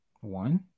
One